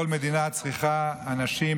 כל מדינה צריכים אנשים,